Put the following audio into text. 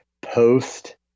post